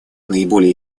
наиболее